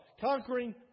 Conquering